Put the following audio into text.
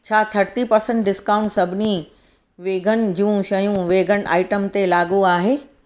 छा थटी percent discount सभिनी वीगन जूं शयूं वेगन आइटम ते लागू आहे